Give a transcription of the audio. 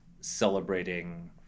celebrating